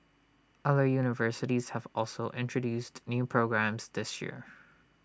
other universities have also introduced new programmes this year